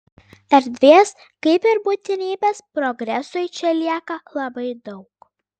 erdvės kaip ir būtinybės progresui čia lieka labai daug